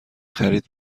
خرید